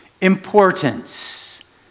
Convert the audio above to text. importance